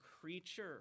creature